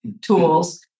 tools